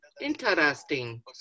Interesting